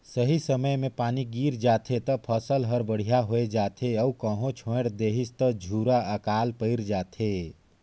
सही समय मे पानी गिर जाथे त फसल हर बड़िहा होये जाथे अउ कहो छोएड़ देहिस त झूरा आकाल पइर जाथे